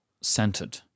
centered